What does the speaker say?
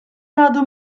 għadu